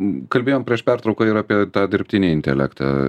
kalbėjom prieš pertrauką ir apie tą dirbtinį intelektą